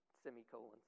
semicolons